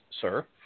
sir